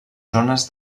zones